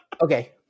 Okay